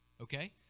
Okay